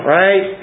right